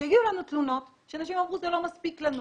כשהגיעו אלינו תלונות, נשים אמרו זה לא מספיק לנו.